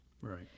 right